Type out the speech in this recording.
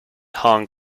hong